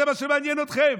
זה מה שמעניין אתכם?